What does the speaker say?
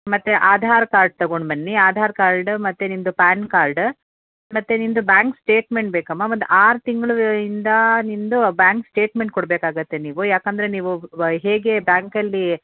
ಮತ್ತೆ ಆಧಾರ್ ಕಾರ್ಡ್ ತೊಗೊಂಡು ಬನ್ನಿ ಆಧಾರ್ ಕಾರ್ಡ ಮತ್ತೆ ನಿಮ್ಮದು ಪ್ಯಾನ್ ಕಾರ್ಡ ಮತ್ತೆ ನಿಮ್ಮದು ಬ್ಯಾಂಕ್ ಸ್ಟೇಟ್ಮೆಂಟ್ ಬೇಕಮ್ಮ ಒಂದು ಆರು ತಿಂಗಳು ಇಂದ ನಿಮ್ಮದು ಬ್ಯಾಂಕ್ ಸ್ಟೇಟ್ಮೆಂಟ್ ಕೊಡಬೇಕಾಗುತ್ತೆ ನೀವು ಏಕೆಂದ್ರೆ ನೀವು ಹೇಗೆ ಬ್ಯಾಂಕಲ್ಲಿ